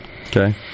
Okay